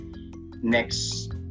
next